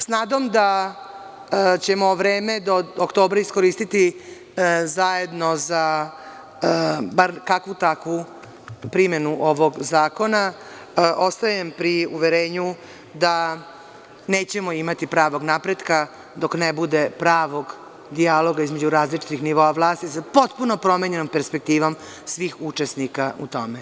S nadom da ćemo vreme do oktobra iskoristiti zajedno za, bar kakvu takvu, primenu ovog zakona, ostajem pri uverenju da nećemo imati pravog napretka dok ne bude pravog dijaloga između različitih nivoa vlasti sa potpuno promenjenom perspektivom svih učesnika u tome.